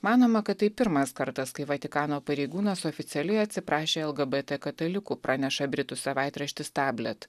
manoma kad tai pirmas kartas kai vatikano pareigūnas oficialiai atsiprašė lgbt katalikų praneša britų savaitraštis tablet